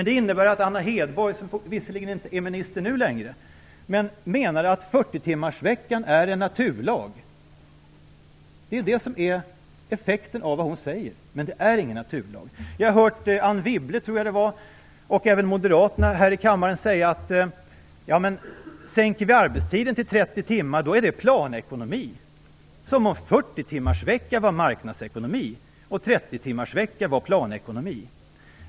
Det innebär att Anna Hedborg, som visserligen inte är minister nu längre, menade att 40 timmarsveckan är en naturlag. Det är effekten av det hon säger. Men den är ingen naturlag. Vi har hört Anne Wibble, tror jag det var, och även moderaterna här i kammaren säga: Sänker vi arbetstiden till 30 timmar är det planekonomi. Som om 40-timmarsvecka var marknadsekonomi och 30 timmarsvecka var planekonomi.